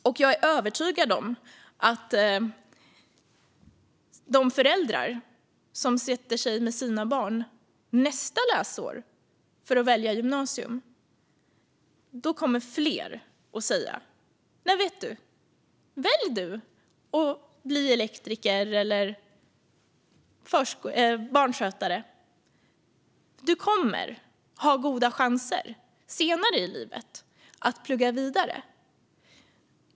Och jag är övertygad om att när föräldrar sätter sig ned med sina barn nästa läsår för att välja gymnasium kommer fler att säga till sina barn: Välj du att bli elektriker eller barnskötare eftersom du kommer att ha goda chanser senare i livet att plugga vidare.